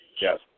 Yes